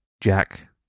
Jack